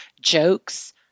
jokes